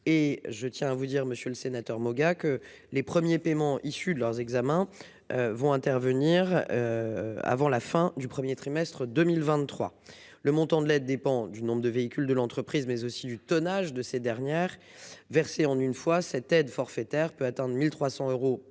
Et je tiens à vous dire, Monsieur le Sénateur Moga que les premiers paiements issus de leurs examens. Vont intervenir. Avant la fin du 1er trimestre 2023, le montant de l'aide dépend du nombre de véhicules de l'entreprise mais aussi du tonnage de ces dernières versée en une fois cette aide forfaitaire peut atteindre 1300 euros par